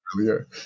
earlier